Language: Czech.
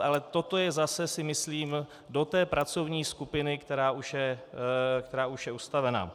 Ale toto je zase, si myslím, do té pracovní skupiny, která už je ustavena.